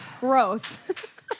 Growth